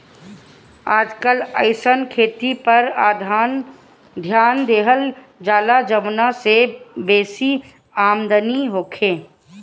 आजकल अइसन खेती पर ध्यान देहल जाता जवना से बेसी आमदनी होखे